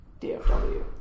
dfw